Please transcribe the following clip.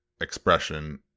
expression